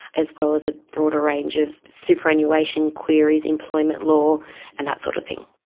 as well as a broader range of superannuation queries, employment law and that sort of thing.